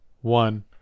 one